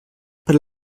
per